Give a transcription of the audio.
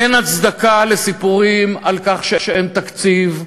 אין הצדקה לסיפורים על כך שאין תקציב,